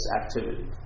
activity